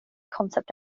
concept